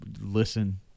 Listen